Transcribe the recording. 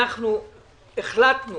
אנחנו החלטנו